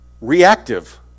reactive